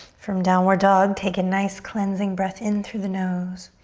from downward dog take a nice, cleansing breath in through the nose.